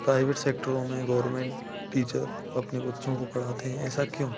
private सेक्टरों मे government teacher अपने बच्चों को पढ़ाते हैं ऐसा क्यों